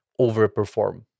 overperform